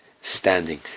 standing